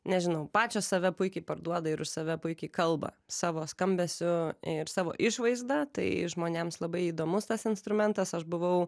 nežinau pačios save puikiai parduoda ir už save puikiai kalba savo skambesiu ir savo išvaizda tai žmonėms labai įdomus tas instrumentas aš buvau